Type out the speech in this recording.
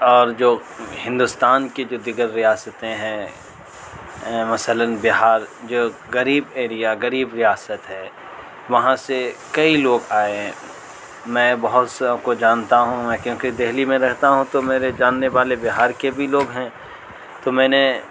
اور جو ہندوستان کے جو دیگر ریاستیں ہیں مثلا بہار جو غریب ایریا غریب ریاست ہے وہاں سے کئی لوگ آئے میں بہت سوں کو جانتا ہوں میں کیوں کہ دہلی میں رہتا ہوں تو میرے جاننے والے بہار کے بھی لوگ ہیں تو میں نے